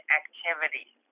activities